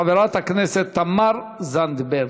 חברת הכנסת תמר זנדברג.